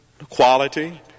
equality